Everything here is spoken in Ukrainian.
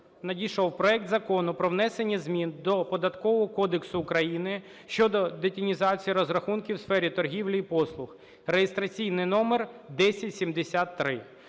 надійшов проект Закону про внесення змін до Податкового кодексу України щодо детінізації розрахунків в сфері торгівлі і послуг (реєстраційний номер 1073).